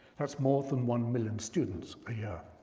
that's more than one million students a year.